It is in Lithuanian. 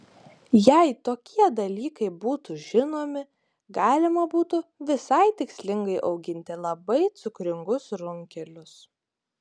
jei tokie dalykai būtų žinomi galima būtų visai tikslingai auginti labai cukringus runkelius